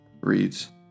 reads